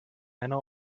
männer